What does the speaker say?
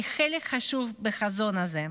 היא חלק חשוב בחזון הזה.